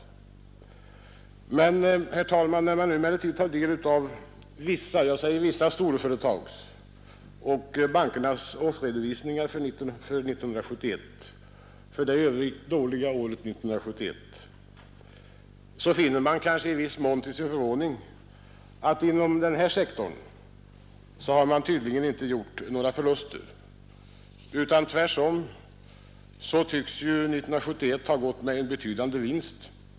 Men, herr talman, när man nu tar del av vissa storföretags och av bankernas årsredovisningar för det i övrigt dåliga året 1971, finner man — kanske i viss mån till sin förvåning — att inom denna sektor har tydligen inte några förluster gjorts. Tvärtom tycks 1971 ha gått med en betydande vinst.